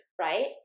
right